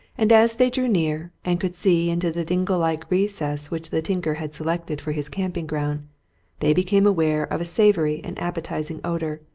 and as they drew near and could see into the dingle-like recess which the tinker had selected for his camping-ground they became aware of a savoury and appetizing odour,